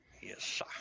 Yes